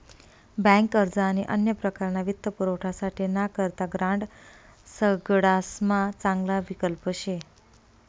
bank अर्ज आणि अन्य प्रकारना वित्तपुरवठासाठे ना करता ग्रांड सगडासमा चांगला विकल्प शे